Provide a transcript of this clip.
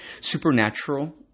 supernatural